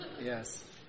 Yes